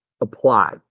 apply